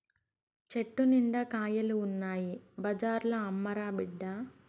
చెట్టు నిండా కాయలు ఉన్నాయి బజార్లో అమ్మురా బిడ్డా